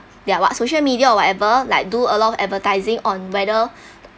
their what social media or whatever like do a lot of advertising on whether